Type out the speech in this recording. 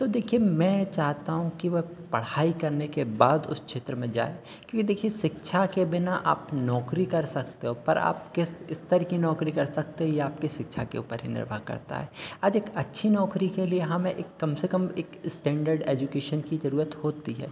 तो देखिए मैं चाहता हूँ की वह पढ़ाई करने के बाद उस क्षेत्र में जाए कि देखिए शिक्षा के बिना आपकी नौकरी कर सकते हो पर आप किस स्तर की नौकरी कर सकते हो ये आपकी शिक्षा के ऊपर ही निर्भर करता है अधिक अच्छी नौकरी के लिए हमें एक कम से कम एक स्टैंडर्ड एजुकेशन की ज़रुरत होती है